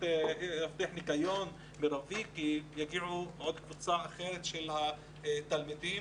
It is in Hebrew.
לפני שמגיעה הקבוצה השנייה של התלמידים.